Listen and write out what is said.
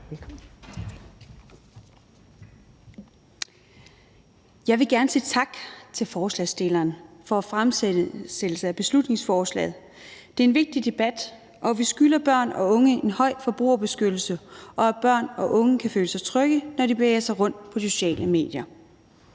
Jeg vil gerne sige tak til forslagsstillerne for fremsættelsen af beslutningsforslaget. Det er en vigtig debat, og vi skylder børn og unge en høj forbrugerbeskyttelse, og at børn og unge kan føle sig trygge, når de bevæger sig rundt på de sociale medier.